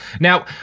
Now